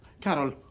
Carol